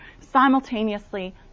simultaneously